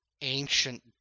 ancient